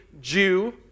Jew